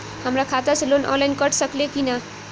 हमरा खाता से लोन ऑनलाइन कट सकले कि न?